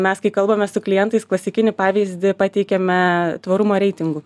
mes kai kalbame su klientais klasikinį pavyzdį pateikiame tvarumo reitingų